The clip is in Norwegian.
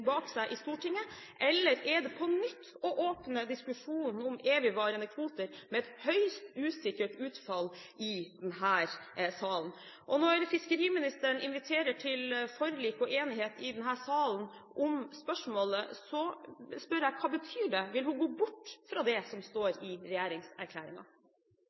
bak seg i Stortinget, eller er det på nytt å åpne diskusjonen om evigvarende kvoter med et høyst usikkert utfall i denne salen? Og når fiskeriministeren inviterer til forlik og enighet i denne salen om spørsmålet, spør jeg: Hva betyr det? Vil hun gå bort fra det som står